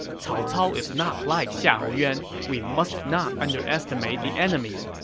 cao cao is not like xiahou yuan. we must not underestimate the enemy.